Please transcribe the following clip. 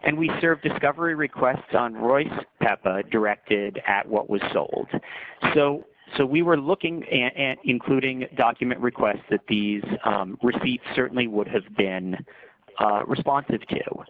and we serve discovery requests on royce pappa directed at what was sold so so we were looking and including document requests that these receipts certainly would have been responsive to